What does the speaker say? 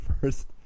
first